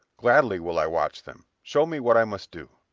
gladly will i watch them. show me what i must do.